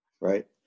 right